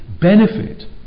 benefit